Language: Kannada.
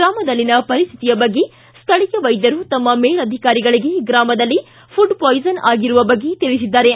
ಗ್ರಾಮದಲ್ಲಿನ ಪರಿಸ್ಥಿತಿಯ ಬಗ್ಗೆ ಸ್ಥಳೀಯ ವೈದ್ಯರು ತಮ್ಮ ಮೇಲಧಿಕಾರಿಗಳಿಗೆ ಗ್ರಾಮದಲ್ಲಿ ಪುಡ್ ಪಾಯಿಸನ್ ಆಗಿರುವ ಬಗ್ಗೆ ತಿಳಿಸಿದ್ದಾರೆ